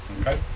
Okay